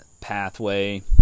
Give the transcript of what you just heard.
pathway